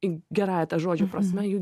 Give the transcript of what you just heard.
į gerąja to žodžio prasme jų